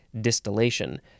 distillation